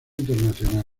internacional